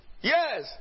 Yes